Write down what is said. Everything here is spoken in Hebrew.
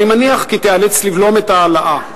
אני מניח כי תיאלץ לבלום את ההעלאה,